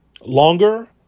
longer